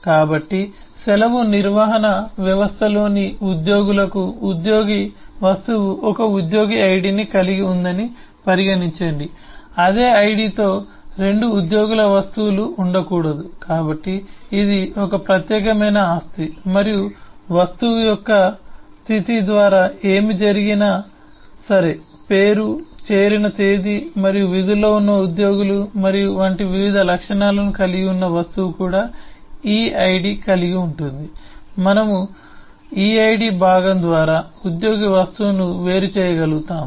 కాబట్టి సెలవు నిర్వహణ వ్యవస్థలోని ఉద్యోగులకు ఉద్యోగి వస్తువు ఒక ఉద్యోగి ఐడిని కలిగి ఉందని పరిగణించండి అదే ఐడితో 2 ఉద్యోగుల వస్తువులు ఉండకూడదు కాబట్టి ఇది ఒక ప్రత్యేకమైన ఆస్తి మరియు వస్తువు యొక్క స్థితి ద్వారా ఏమి జరిగినా సరే పేరు చేరిన తేదీ మరియు విధుల్లో ఉన్న ఉద్యోగులు మరియు వంటి వివిధ లక్షణాలను కలిగి ఉన్న వస్తువు కూడా eid కలిగి ఉంటుంది మరియు మనము eid భాగం ద్వారా ఉద్యోగి వస్తువును వేరు చేయగలుగుతాము